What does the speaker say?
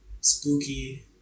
Spooky